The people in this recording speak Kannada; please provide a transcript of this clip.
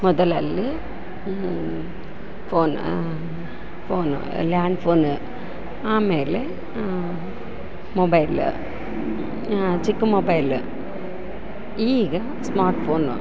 ಮೊದಲಲ್ಲಿ ಫೋನ್ ಫೋನು ಲ್ಯಾಂಡ್ ಫೋನ ಆಮೇಲೆ ಮೊಬೈಲ ಚಿಕ್ ಮೊಬೈಲ ಈಗ ಸ್ಮಾರ್ಟ್ಫೋನು